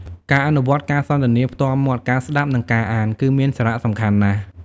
ការអនុវត្តន៍ការសន្ទនាផ្ទាល់មាត់ ការស្តាប់ និងការអាន គឺមានសារៈសំខាន់ណាស់។